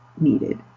needed